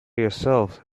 yourself